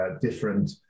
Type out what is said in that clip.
different